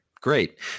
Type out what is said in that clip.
great